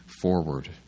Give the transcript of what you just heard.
forward